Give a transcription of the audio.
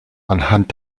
anhand